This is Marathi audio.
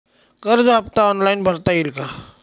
कर्ज हफ्ता ऑनलाईन भरता येईल का?